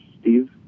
Steve